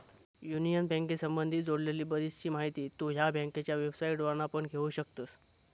union बँकेसंबधी जोडलेली बरीचशी माहिती तु ह्या बँकेच्या वेबसाईटवरना पण घेउ शकतस